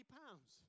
pounds